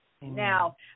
Now